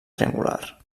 triangular